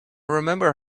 remember